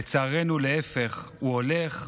לצערנו, להפך, הוא הולך ומעמיק,